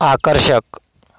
आकर्षक